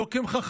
לא כי הם חכמים.